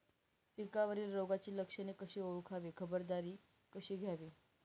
पिकावरील रोगाची लक्षणे कशी ओळखावी, खबरदारी कशी घ्यावी?